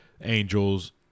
Angels